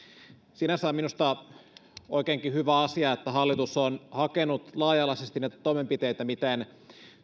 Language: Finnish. sinänsä on minusta oikeinkin hyvä asia että hallitus on hakenut laaja alaisesti näitä toimenpiteitä miten